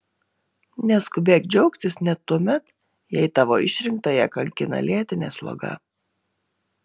neskubėk džiaugtis net tuomet jei tavo išrinktąją kankina lėtinė sloga